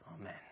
Amen